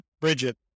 Bridget